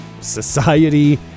society